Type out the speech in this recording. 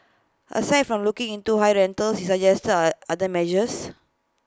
aside from looking into high rentals he suggested A other measures